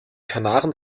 kanaren